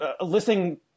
listing